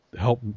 help